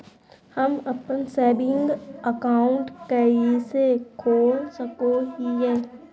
हम अप्पन saving account कइसे खोल सको हियै?